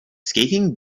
skating